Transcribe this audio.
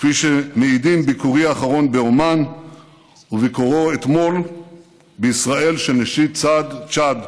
כפי שמעידים ביקורי האחרון בעומאן וביקורו אתמול בישראל של נשיא צ'אד.